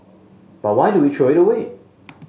but why do we throw it away